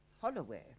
Holloway